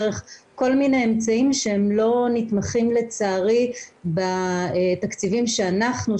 דרך כל מיני אמצעים שהם לא נתמכים לצערי בתקציבים שאנחנו,